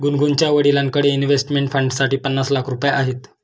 गुनगुनच्या वडिलांकडे इन्व्हेस्टमेंट फंडसाठी पन्नास लाख रुपये आहेत